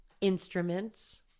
instruments